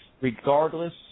Regardless